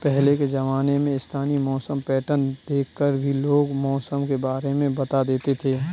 पहले के ज़माने में स्थानीय मौसम पैटर्न देख कर भी लोग मौसम के बारे में बता देते थे